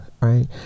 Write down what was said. right